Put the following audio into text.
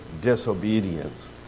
disobedience